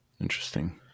Interesting